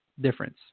difference